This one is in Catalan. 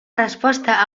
resposta